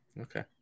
Okay